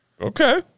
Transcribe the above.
Okay